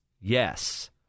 Yes